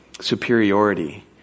superiority